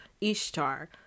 Ishtar